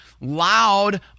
loud